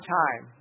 time